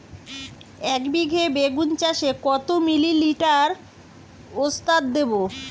একবিঘা বেগুন চাষে কত মিলি লিটার ওস্তাদ দেবো?